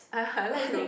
I like to